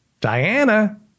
Diana